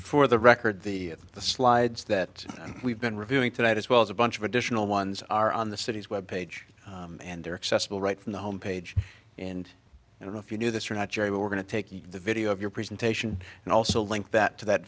for the record the slides that we've been reviewing tonight as well as a bunch of additional ones are on the city's web page and they're accessible right from the home page and i don't know if you do this or not gerri but we're going to take the video of your presentation and also link that to that